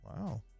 Wow